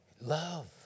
Love